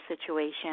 situation